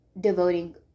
devoting